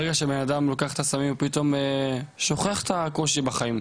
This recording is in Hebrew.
ברגע שבן אדם לוקח את הסמים ופתאום שוכח את הקושי בחיים,